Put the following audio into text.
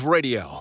Radio